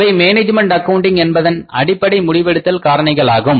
அவை management accounting என்பதன் அடிப்படை முடிவெடுத்தல் காரணிகளாகும்